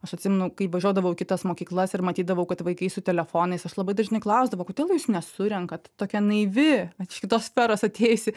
aš atsimenu kai važiuodavau į kitas mokyklas ir matydavau kad vaikai su telefonais aš labai dažnai klausdavau kodėl jūs nesurenkat tokia naivi bet iš kitos sferos atėjusi